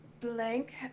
Blank